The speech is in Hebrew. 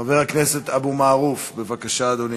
חבר הכנסת אבו מערוף, בבקשה, אדוני.